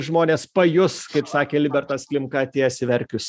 žmonės pajus kaip sakė libertas klimka atėjęs į verkius